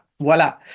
voilà